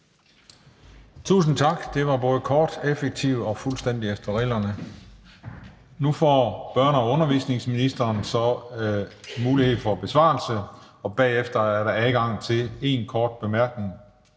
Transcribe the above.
Tusind tak. Det var både kort, effektivt og fuldstændig efter reglerne. Nu får børne- og undervisningsministeren så mulighed for at komme med en besvarelse, og bagefter er der adgang til én kort bemærkning